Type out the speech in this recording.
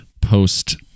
post